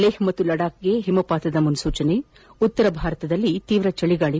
ಲೇಹ್ ಮತ್ತು ಲಡಾಕ್ಗೆ ಹಿಮಪಾತದ ಮುನ್ನೂಚನೆ ಉತ್ತರ ಭಾರತದಲ್ಲಿ ತೀವ್ರ ಚಳಿಗಾಳಿ